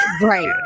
Right